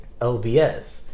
LBS